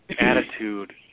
attitude